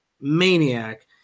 maniac